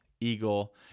eagle